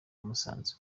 musanze